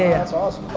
that's awesome.